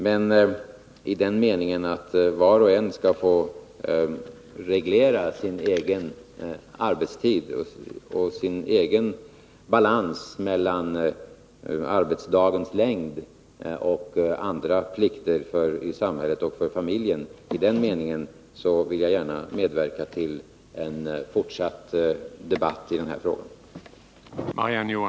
Men i den meningen att var och en skall få reglera sin egen arbetstid och sin egen balans mellan arbetsdagens längd och andra plikter i samhället och för familjen vill jag gärna medverka till en fortsatt debatt i de här frågorna.